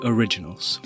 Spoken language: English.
Originals